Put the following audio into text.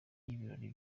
y’ibirori